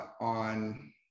on